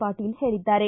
ಪಾಟೀಲ್ ಹೇಳದ್ದಾರೆ